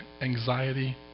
anxiety